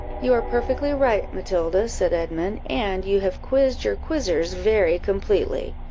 you are perfectly right, matilda, said edmund, and you have quizzed your quizzers very completely.